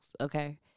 okay